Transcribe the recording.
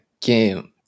game